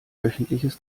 wöchentliches